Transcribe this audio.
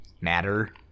matter